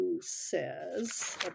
says